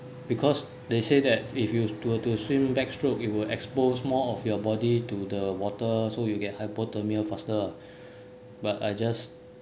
because they say that if you use to to swim backstroke it would expose more of your body to the water so you get hypothermia faster lah but I just